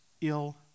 ill